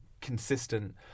consistent